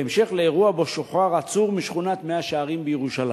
בהמשך לאירוע שבו שוחרר עצור משכונת מאה-שערים בירושלים.